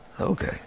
Okay